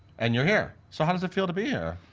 and you're here. so how does it feel to be here?